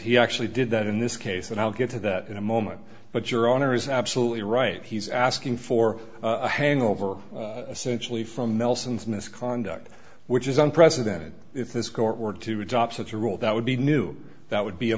he actually did that in this case and i'll get to that in a moment but your honor is absolutely right he's asking for a hangover essentially from nelson's misconduct which is unprecedented if this court were to adopt such a rule that would be new that would be a